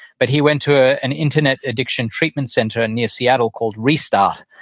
but he went to ah an internet addiction treatment center near seattle called restart.